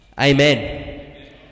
Amen